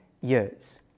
years